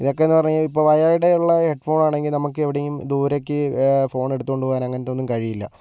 ഇതൊക്കെയെന്ന് പറഞ്ഞു കഴിഞ്ഞാൽ ഇപ്പോൾ വയേർഡ് ആയിട്ടുള്ള ഹെഡ്ഫോൺ ആണെങ്കിൽ നമ്മൾക്ക് എവിടെയും ദൂരേയ്ക്ക് ഫോൺ എടുത്ത് കൊണ്ടുപോകാൻ അങ്ങനത്തെ ഒന്നും കഴിയില്ല